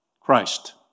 Christ